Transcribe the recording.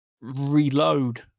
reload